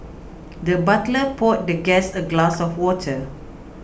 the butler poured the guest a glass of water